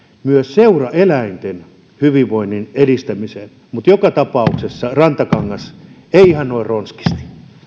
seuraeläinten hyvinvoinnin edistämiseen joka tapauksessa rantakangas ei ihan noin ronskisti